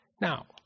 Now